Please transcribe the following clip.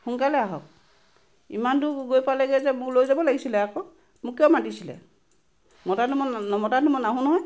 সোনকালে আহক ইমান দূৰ গৈ পালেগৈ যে মোক লৈ যাব লাগিছিলে আকৌ মোক কিয় মাতিছিলে মতা নমতা হেতেন মই নাহো নহয়